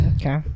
Okay